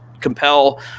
compel